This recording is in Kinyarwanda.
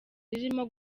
ririmo